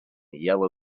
yellow